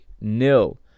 nil